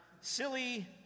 silly